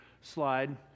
slide